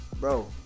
Bro